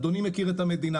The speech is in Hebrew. אדוני מכיר את המדינה,